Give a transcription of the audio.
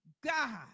God